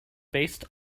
based